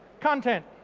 content.